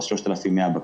3,100 בקשות.